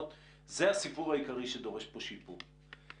זה הסיפור העיקרי שדורש פה שיפור.